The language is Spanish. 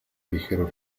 ligero